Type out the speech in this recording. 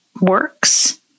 works